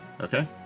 Okay